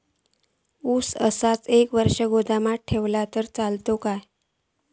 ऊस असोच एक वर्ष गोदामात ठेवलंय तर चालात?